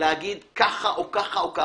לומר ככה או ככה.